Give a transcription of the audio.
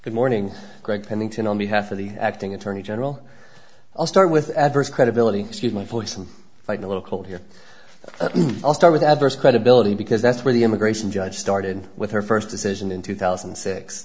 good morning greg pennington on behalf of the acting attorney general i'll start with adverse credibility excuse my voice and if i can a little cold here i'll start with adverse credibility because that's where the immigration judge started with her first decision in two thousand